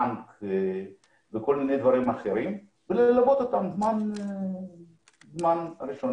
ללכת לבנק וכל מיני דברים אחרים וללוות אותם בפרק הזמן הראשון.